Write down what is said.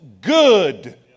good